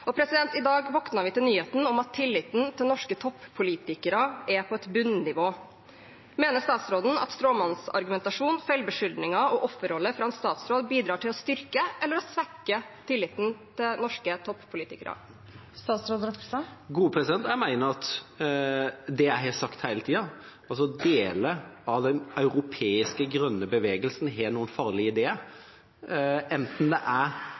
I dag våknet vi til nyheten om at tilliten til norske toppolitikere er på et bunnivå. Mener statsråden at stråmannsargumentasjon, feilbeskyldninger og offerrolle fra en statsråd bidrar til å styrke eller svekke tilliten til norske toppolitikere? Jeg mener det jeg har sagt hele tiden: at deler av den europeiske grønne bevegelsen har noen farlige ideer, enten det